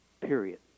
Period